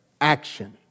action